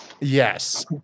Yes